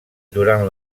durant